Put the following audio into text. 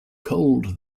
cold